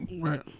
right